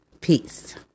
Peace